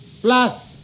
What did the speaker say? plus